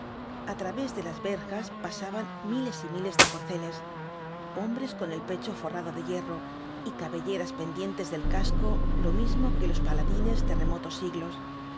a través de las verjas pasaban miles y miles de corceles hombres con el pecho forrado de hierro y cabelleras pendientes del casco lo mismo que los paladines de remotos siglos cajas enormes que